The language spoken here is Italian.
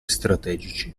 strategici